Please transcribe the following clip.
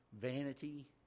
vanity